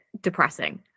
depressing